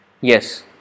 Yes